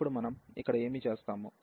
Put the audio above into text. ఇప్పుడు మనం ఇక్కడ ఏమి చేస్తాము